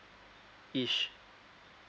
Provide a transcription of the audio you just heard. each